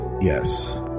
yes